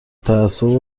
تعصب